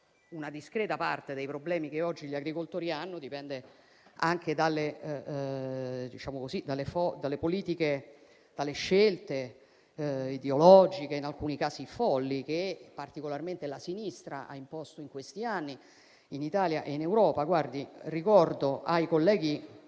una discreta parte dei problemi che oggi gli agricoltori hanno dipende anche dalle politiche, dalle scelte ideologiche, in alcuni casi folli, che particolarmente la sinistra ha imposto in questi anni in Italia e in Europa. Ricordo ai colleghi,